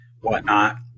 whatnot